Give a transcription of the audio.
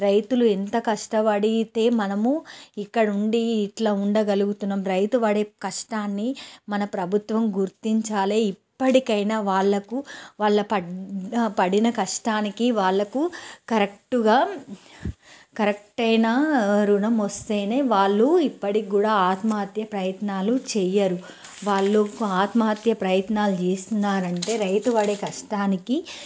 రైతులు ఎంత కష్టబడీతే మనము ఇక్కడ ఉండి ఇట్లా ఉండగలుగుతున్నాము రైతు పడే కష్టాన్ని మన ప్రభుత్వం గుర్తించాలి ఇప్పటికైనా వాళ్ళకు వాళ్ళు పడ్డ పడిన కష్టానికి వాళ్ళకు కరెక్ట్గా కరెక్ట్ అయిన రుణం వస్తేనే వాళ్ళు ఇప్పటికి కూడా ఆత్మహత్య ప్రయత్నాలు చేయరు వాళ్ళు ఆత్మహత్య ప్రయత్నాలు చేస్తున్నారంటే రైతు పడే కష్టానికి